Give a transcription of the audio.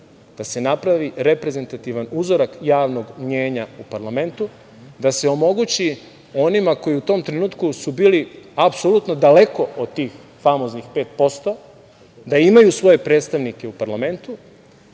da se napravi reprezentativan uzorak javnog mnjenja u parlamentu, da se omogući onima koji su u tom trenutku bili apsolutno daleko od tih famoznih 5%, da imaju svoje predstavnike u parlamentu,